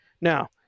Now